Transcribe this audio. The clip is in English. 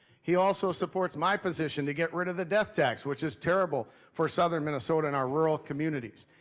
he also supports my position to get rid of the death tax, which is terrible. for southern minnesota and our rural communities.